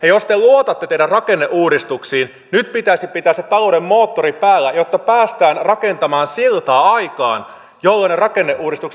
jos te luotatte teidän rakenneuudistuksiinne nyt pitäisi pitää se talouden moottori päällä jotta päästään rakentamaan siltaa aikaan jolloin ne rakenneuudistukset purevat